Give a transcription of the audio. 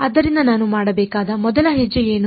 ಆದ್ದರಿಂದ ನಾನು ಮಾಡಬೇಕಾದ ಮೊದಲ ಹೆಜ್ಜೆ ಏನು